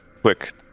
quick